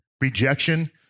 rejection